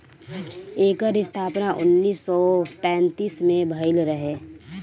एकर स्थापना उन्नीस सौ पैंतीस में भइल रहे